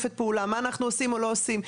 מה אנחנו עושים או לא עושים,